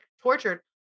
tortured